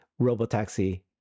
RoboTaxi